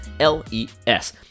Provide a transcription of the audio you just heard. L-E-S